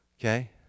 Okay